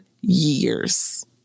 years